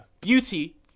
beauty